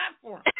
platform